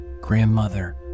Grandmother